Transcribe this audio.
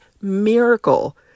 miracle